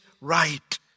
right